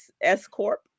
S-Corp